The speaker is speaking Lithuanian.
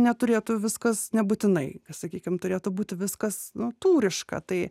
neturėtų viskas nebūtinai sakykim turėtų būti viskas nu tūriška tai